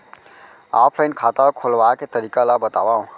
Offline खाता खोलवाय के तरीका ल बतावव?